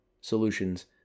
solutions